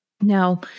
Now